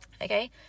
okay